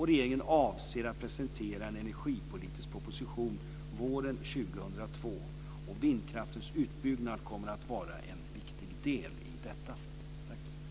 Regeringen avser att presentera en energipolitisk proposition våren 2002. Vindkraftens utbyggnad kommer att vara en viktig del i detta. Tack!